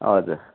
हजुर